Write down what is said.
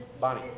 Bonnie